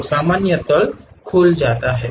तो सामान्य तल खुल जाता है